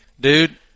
dude